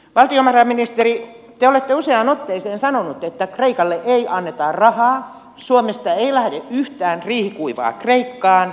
valtiovarainministeri te olette useaan otteeseen sanonut että kreikalle ei anneta rahaa suomesta ei lähde yhtään riihikuivaa kreikkaan